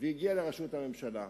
והגיע לראשות הממשלה.